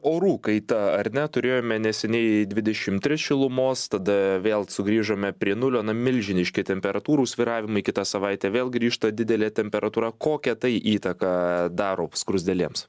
orų kaita ar ne turėjome neseniai dvidešim tris šilumos tada vėl sugrįžome prie nulio na milžiniški temperatūrų svyravimai kitą savaitę vėl grįžta didelė temperatūra kokią tai įtaką daro skruzdėlėms